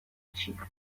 chief